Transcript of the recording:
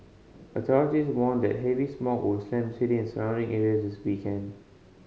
authorities warned that heavy smog would slam city and surrounding areas this weekend